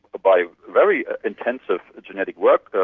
by very intensive genetic work,